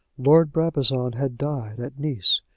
lord brabazon had died at nice,